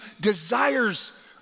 desires